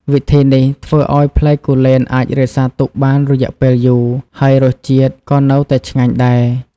វិធីនេះធ្វើឲ្យផ្លែគូលែនអាចរក្សាទុកបានរយៈពេលយូរ ហើយរសជាតិក៏នៅតែឆ្ងាញ់ដែរ។